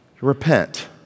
Repent